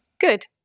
Good